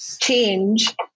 change